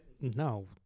No